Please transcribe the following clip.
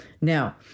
Now